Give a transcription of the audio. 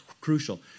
crucial